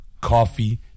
Coffee